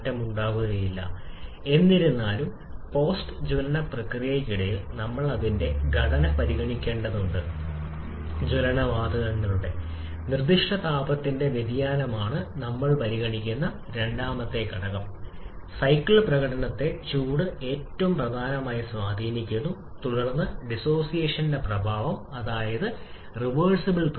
അതിനാൽ നമ്മൾക്കറിയാവുന്ന കാര്യങ്ങൾ എങ്ങനെ പരിപാലിക്കാം നമ്മൾ ഇത് സിവിയുമായി ബന്ധിപ്പിക്കാൻ ശ്രമിക്കുന്നു കാരണം ഇവ നൽകിയ വിവരങ്ങളാണ് അതിനാലാണ് നമ്മൾ സിവിയുടെ കാര്യത്തിൽ പരിഷ്ക്കരിച്ച k R എന്നത് ഒരു സ്ഥിരാങ്കം r ഒരു സ്ഥിരാങ്കം